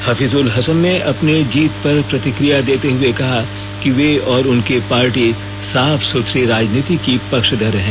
हर्फीजुल हसन ने अपनी जीत पर प्रतिकिया देते हुए कहा कि वे और उनकी पार्टी साफ सुथरी राजनीति की पक्षधर है